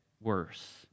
worse